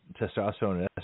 testosterone